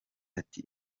ati